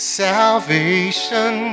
salvation